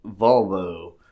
Volvo